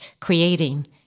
creating